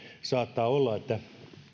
saattaa olla että